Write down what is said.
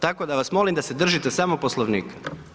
Tako da vas molim da se držite samo Poslovnika.